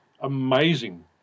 amazing